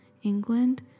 England